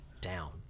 down